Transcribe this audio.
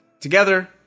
together